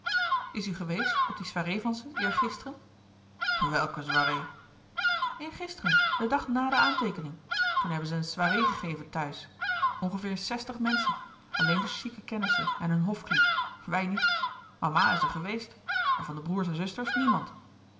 is u geweest op die soirée van ze eergisteren welke soirée eergisteren den dag na de aanteekening toen hebben ze een soirée gegeven thuis ongeveer een zestig menschen alleen de chique kennissen en hun hofkliek wij niet mama is er geweest maar van de broêrs en zusters niemand